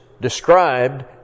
described